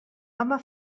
home